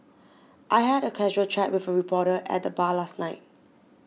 I had a casual chat with a reporter at the bar last night